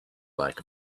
lack